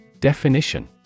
Definition